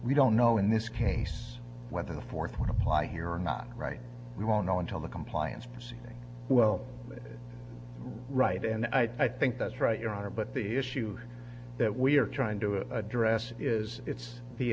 we don't know in this case whether the fourth one apply here or not right we won't know until the compliance proceeding well with right and i think that's right your honor but the issue that we're trying to address is it's